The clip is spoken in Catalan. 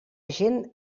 gent